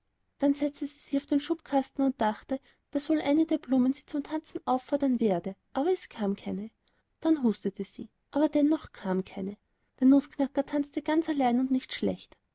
dann setzte sie sich auf den schubkasten und dachte daß wohl eine der blumen sie zum tanzen auffordern werde aber es kam keine dann hustete sie hm hm hm aber dennoch kam keine der nußknacker tanzte ganz allein und nicht schlecht